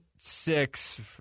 six